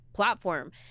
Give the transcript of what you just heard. Platform